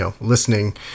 listening